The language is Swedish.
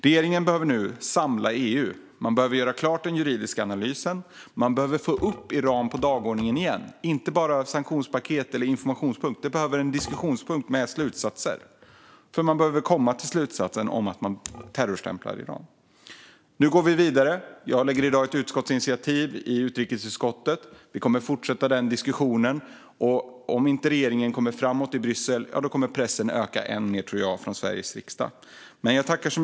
Regeringen behöver samla EU, göra klart den juridiska analysen och få upp Iran på dagordningen igen, inte bara som sanktionspaket och informationspunkt utan som diskussionspunkt med slutsatser, för EU behöver komma till slutsatsen att terrorstämpla Iran. Nu går vi vidare. Jag lägger i dag fram ett utskottsinitiativ i utrikesutskottet, och vi kommer att fortsätta diskussionen. Om regeringen inte kommer framåt i Bryssel tror jag att pressen från Sveriges riksdag kommer att öka ännu mer.